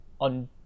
on